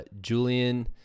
Julian